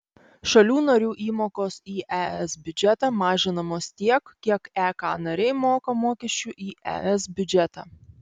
šalių narių įmokos į es biudžetą mažinamos tiek kiek ek nariai moka mokesčių į es biudžetą